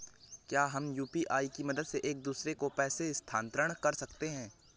क्या हम यू.पी.आई की मदद से एक दूसरे को पैसे स्थानांतरण कर सकते हैं?